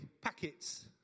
packets